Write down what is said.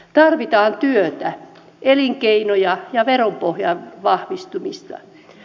tarvitaan työtä elinkeinoja ja veropohjan vahvistumista